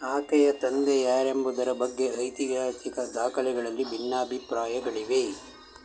ಆಕೆಯ ತಂದೆ ಯಾರೆಂಬುದರ ಬಗ್ಗೆ ಐತಿಹಾಸಿಕ ದಾಖಲೆಗಳಲ್ಲಿ ಭಿನ್ನಾಭಿಪ್ರಾಯಗಳಿವೆ